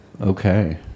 Okay